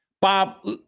Bob